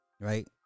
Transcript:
right